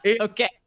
Okay